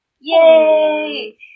Yay